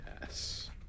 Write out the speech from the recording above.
Yes